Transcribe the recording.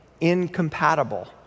incompatible